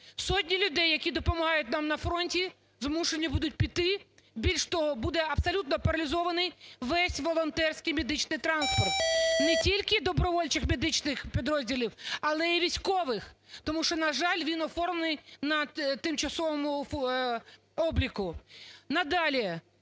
Сотні людей, які допомагають нам на фронті, змушені будуть піти. Більше того, буде абсолютно паралізований весь волонтерський медичний транспорт не тільки добровольчих медичних підрозділів, але і військових. Тому що, на жаль, він оформлений на тимчасовому обліку.